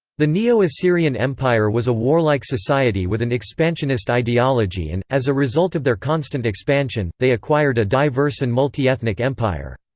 the neo-assyrian empire was a warlike society with an expansionist ideology and, as a result of their constant expansion, they acquired a diverse and multi-ethnic empire.